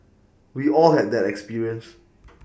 we all had that experience